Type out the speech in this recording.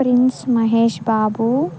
prince Mahesh Babu